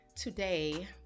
Today